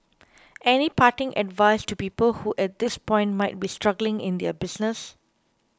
any parting advice to people who at this point might be struggling in their business